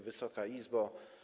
Wysoka Izbo!